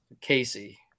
Casey